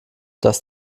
das